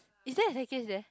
is there a staircase there